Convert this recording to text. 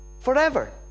Forever